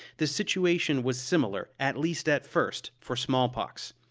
the situation was similar, at least at first, for smallpox.